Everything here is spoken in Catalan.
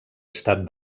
estat